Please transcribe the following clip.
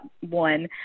one